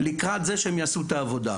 לקראת זה שהם יעשו את העבודה.